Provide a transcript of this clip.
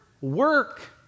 work